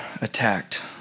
attacked